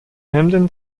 hemden